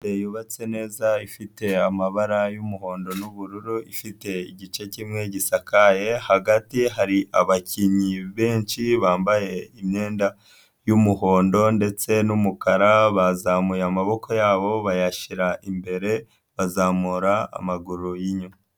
Sitade yubatse neza ifite amabara y'umuhondo n'ubururu, ifite igice kimwe gisakaye hagati hari abakinnyi benshi bambaye imyenda y'umuhondo ndetse n'umukara bazamuye amaboko yabo bayashyira imbere bazamura amaguru y'inyuma.